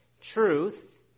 truth